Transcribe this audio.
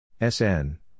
S-N